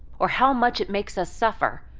or how much it makes us suffer,